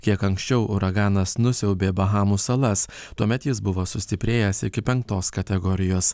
kiek anksčiau uraganas nusiaubė bahamų salas tuomet jis buvo sustiprėjęs iki penktos kategorijos